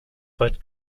weit